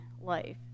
life